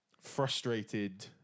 frustrated